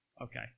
okay